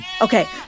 Okay